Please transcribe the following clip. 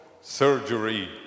surgery